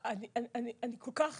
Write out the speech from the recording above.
כל כך